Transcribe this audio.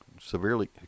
severely